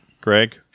Greg